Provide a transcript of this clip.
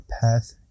path